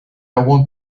want